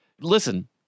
listen